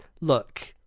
Look